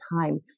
time